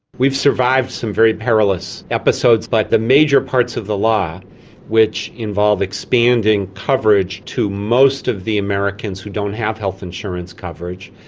we've survived some very perilous episodes, but the major parts of the law which involve expanding coverage to most of the americans who don't have health insurance coverage,